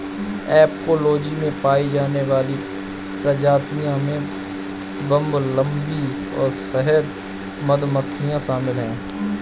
apicology में पाई जाने वाली प्रजातियों में बंबलबी और शहद मधुमक्खियां शामिल हैं